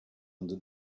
under